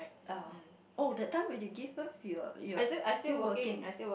ah oh that time when you give him your you're still working